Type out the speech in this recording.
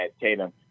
Tatum